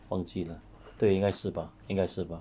忘记了对应该是吧应该是吧